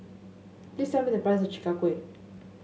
please tell me the price of Chi Kak Kuih